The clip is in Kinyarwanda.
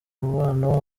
umubano